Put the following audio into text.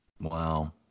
Wow